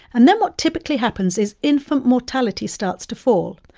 and then what typically happens is infant mortality starts to fall.